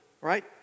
right